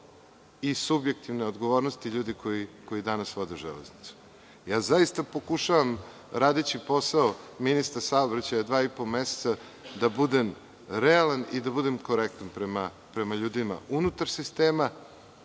i subjektivne odgovornosti ljudi koji danas vode železnicu. Zaista pokušavam, radeći posao ministra saobraćaja dva i po meseca, da budem realan i da budem korektan prema ljudima unutar sistema